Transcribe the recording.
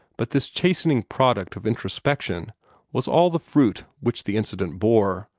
but this chastening product of introspection was all the fruit which the incident bore.